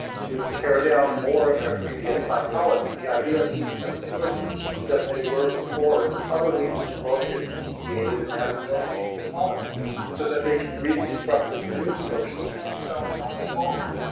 to tear down more of their previous psychology, the idea being that the person that they were before is utterly destroyed and repudiated and has no redeeming qualities so that they can reconstruct this new socialist persona going forward.